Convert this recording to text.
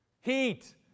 Heat